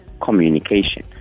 communication